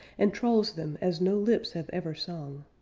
and trolls them as no lips have ever sung.